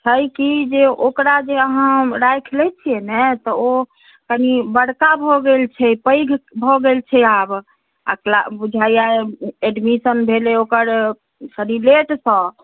छै की जे ओकरा जे अहाँ राखि लै छियै ने तऽ ओ कनी बरका भऽ गेल छै पैघ भऽ गेल छै आब आ बुझाइया एडमिशन भेलै ओकर कनी लेट सॅं